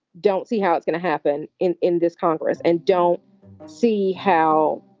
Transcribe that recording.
don't see how it's going to happen in in this congress and don't see how